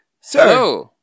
Sir